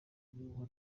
ibihuha